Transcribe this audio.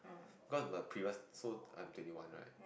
cause the previous so I am twenty one right